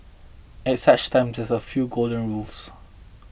at such times there are a few golden rules